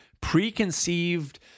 preconceived